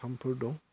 फार्मफोर दं